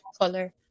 color